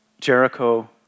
Jericho